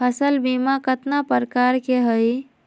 फसल बीमा कतना प्रकार के हई?